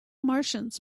martians